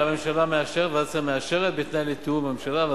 הממשלה מאשרת בתנאי של תיאום עם הממשלה.